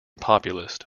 populist